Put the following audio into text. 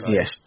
Yes